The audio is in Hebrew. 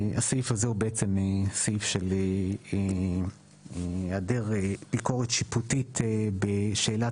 הסעיף הזה הוא בעצם סעיף של היעדר ביקורת שיפוטית בשאלת